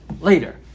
later